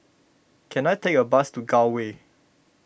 can I take a bus to Gul Way